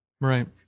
Right